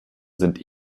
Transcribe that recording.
sind